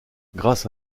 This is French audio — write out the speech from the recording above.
grâce